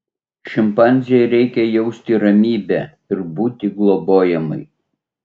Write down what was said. šimpanzei reikia jausti ramybę ir būti globojamai